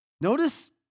Notice